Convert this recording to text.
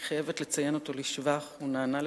אני חייבת לציין אותו לשבח, הוא נענה לבקשתי,